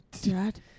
Dad